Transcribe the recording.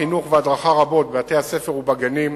חינוך והדרכה רבות בבתי-הספר ובגנים,